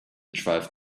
drive